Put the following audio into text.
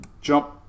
jump